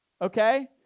Okay